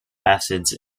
acids